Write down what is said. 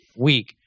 week